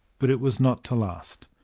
but it was not to last.